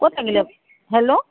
ক'ত লাগিলে হেল্ল'